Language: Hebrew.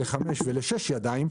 לחמש ולשש "ידיים",